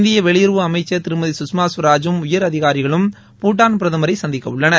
இந்திய வெளியுறவு அமைச்சர் திருமதி சுஷ்மா ஸ்வராஜும் உயர் அதிகாரிகளும் பூடான் பிரதமரை சந்திக்கவுள்ளார்கள்